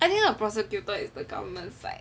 I think the prosecutor is the government side